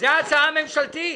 זאת ההצעה הממשלתית.